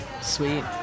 Sweet